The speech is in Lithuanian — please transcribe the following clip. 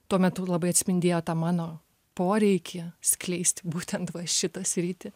tuo metu labai atspindėjo tą mano poreikį skleisti būtent va šitą sritį